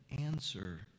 answer